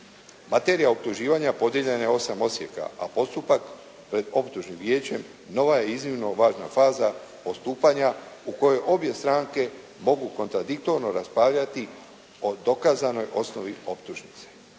Materija optuživanja podijeljena je na 8 odsjeka, a postupak pred optužnim vijećem nova je iznimno važna faza postupanja u kojoj obje stranke mogu kontradiktorno raspravljati o dokazanoj osnovi optužnice.